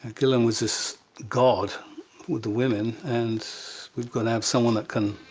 gillan was this god with the women, and we've got to have someone that can